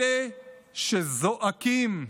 אלה שזועקים,